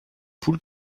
poule